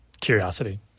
curiosity